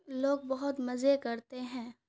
لوگ بہت مزے کرتے ہیں